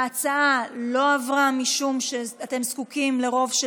ההצעה לא עברה משום שאתם זקוקים לרוב של